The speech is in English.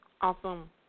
Awesome